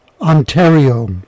Ontario